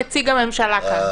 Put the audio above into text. אתה נציג הממשלה כאן.